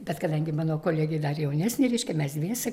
bet kadangi mano kolegė dar jaunesnė reiškia mes dviese